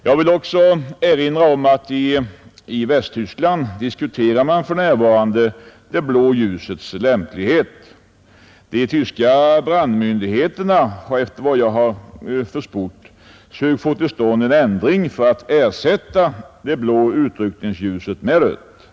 Jag vill också erinra om att man i Västtyskland för närvarande diskuterar det blå ljusets lämplighet. De tyska brandmyndigheterna har enligt vad jag har försport sökt få till stånd en ändring för att ersätta det blå utryckningsljuset med rött ljus.